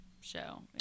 show